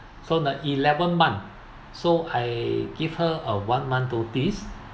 so the eleventh month so I give her a one month notice